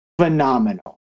phenomenal